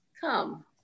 come